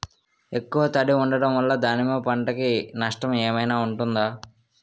ఎక్కువ తడి ఉండడం వల్ల దానిమ్మ పంట కి నష్టం ఏమైనా ఉంటుందా?